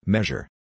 Measure